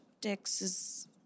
Texas